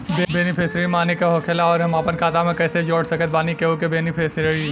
Beneficiary माने का होखेला और हम आपन खाता मे कैसे जोड़ सकत बानी केहु के बेनीफिसियरी?